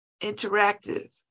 interactive